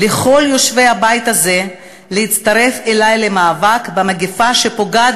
לכל יושבי הבית הזה להצטרף אלי למאבק במגפה שפוגעת